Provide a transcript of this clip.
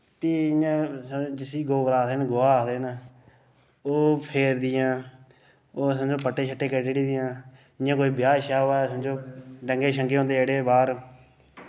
ते इ'यां जिसी गोबर आखदे न गोहा आखदे न ओह् फेरदियां ओह् कन्ने पट्टे शट्टे कढदियां इ'यां कोई ब्याह् श्याह् होऐ समझो डंगे शंगे होंदे जेह्ड़े बाह्र